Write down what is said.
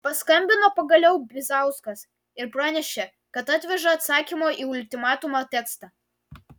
paskambino pagaliau bizauskas ir pranešė kad atveža atsakymo į ultimatumą tekstą